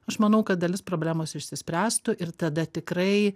aš manau kad dalis problemos išsispręstų ir tada tikrai